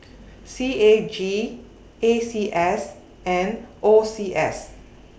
C A G A C S and O C S